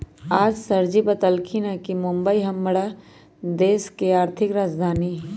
आज सरजी बतलथिन ह कि मुंबई हम्मर स के देश के आर्थिक राजधानी हई